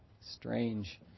strange